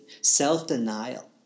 self-denial